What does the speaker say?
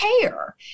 care